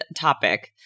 topic